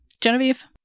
Genevieve